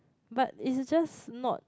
but is just not